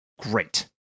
great